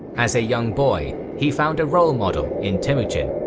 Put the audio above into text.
as a young boy he found a role model in temujin.